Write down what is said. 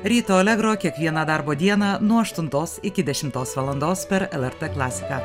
ryto allegro kiekvieną darbo dieną nuo aštuntos iki dešimtos valandos per lrt klasiką